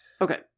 Okay